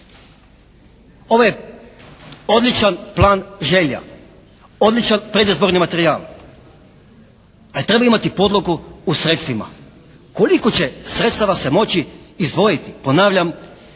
Ovo je odličan plan želja. Odličan predizborni materijal. Ali treba imati podlogu u sredstvima. Koliko sredstava će se moći izdvojiti? Ponavljam